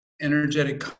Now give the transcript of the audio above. energetic